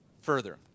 further